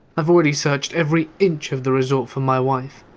i've already searched every inch of the resort for my wife.